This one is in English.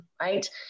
right